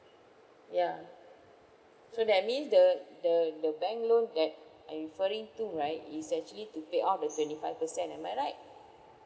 ya so that means the the the bank loan that I'm referring to right is actually to pay off the twenty five percent am I right